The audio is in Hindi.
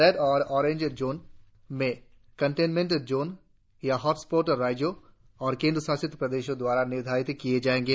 रेड और ऑरेंज क्षेत्रों में कंटेनमेंट जोन या हॉटस्पॉट्स राज्यों और केंद्र शासित प्रदेशों द्वारा निर्धारित किये जाएंगे